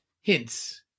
hints